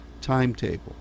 timetable